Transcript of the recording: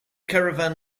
caravan